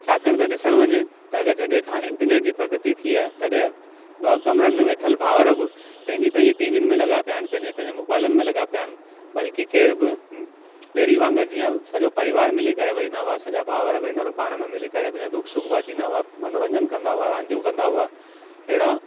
छाकाणि त ॾिसण वञे त अगरि जॾहिं खां इंटरनेट जी प्रगति थी आहे तॾहिं ॿ कमरनि में वेठल भावर बि पंहिंजी पंहिंजी टीवियुनि में लॻा पिया आहिनि पंहिंजे पंहिंजे मोबाइलनि में लॻा पियानि बल्कि केर बि पहिरीं वांगुरु जीअं सॼो परिवार मिली करे विहंदा हुआ सॼा भावर भेनरू पाण में मिली करे पंहिंजा दुखु सुखु बाटिंदा हुआ मनोरंजन कंदा हुआ रांदियूं कंदा हुआ अहिड़ा